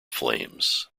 flames